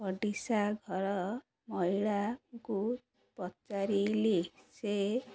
ଓଡ଼ିଶା ଘର ମହିଳାଙ୍କୁ ପଚାରିଲି ସେ